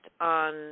on